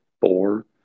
four